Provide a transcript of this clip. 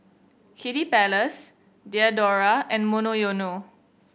Kiddy Palace Diadora and Monoyono